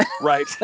right